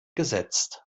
gesetzt